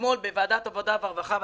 אתמול בוועדת העבודה והרווחה,